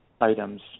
items